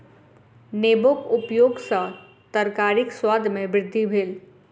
नेबोक उपयग सॅ तरकारीक स्वाद में वृद्धि भेल